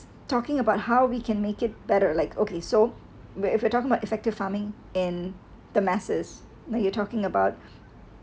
talking about how we can make it better like okay so we're if we're talking about effective farming and the masses then you talking about